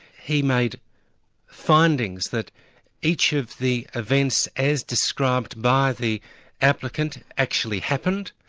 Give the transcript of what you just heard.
he made findings that each of the events, as described by the applicant, actually happened,